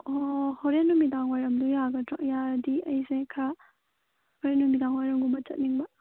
ꯑꯣ ꯍꯣꯔꯦꯟ ꯅꯨꯃꯤꯗꯥꯡ ꯋꯥꯏꯔꯝꯗꯣ ꯌꯥꯒꯗ꯭ꯔꯣ ꯌꯥꯔꯒꯗꯤ ꯑꯩꯁꯦ ꯈꯔ ꯍꯣꯔꯦꯟ ꯅꯨꯃꯤꯗꯥꯡ ꯋꯥꯏꯔꯝꯒꯨꯝꯕ ꯆꯠꯅꯤꯡꯕ